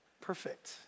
Perfect